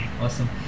awesome